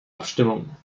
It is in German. abstimmung